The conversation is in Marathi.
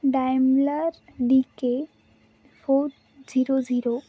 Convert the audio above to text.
Daimler D K four zero zero